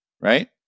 right